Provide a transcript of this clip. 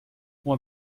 uma